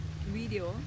video